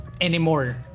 anymore